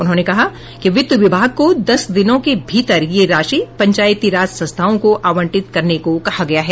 उन्होंने कहा कि वित्त विभाग को दस दिनों के भीतर यह राशि पंचायती राज संस्थाओं को आवंटित करने को कहा गया है